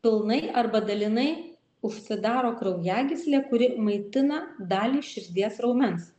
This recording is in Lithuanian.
pilnai arba dalinai užsidaro kraujagyslė kuri maitina dalį širdies raumens